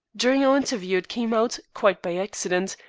during our interview it came out, quite by accident,